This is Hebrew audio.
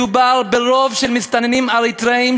מדובר ברוב של מסתננים אריתריאים,